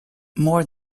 more